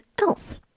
else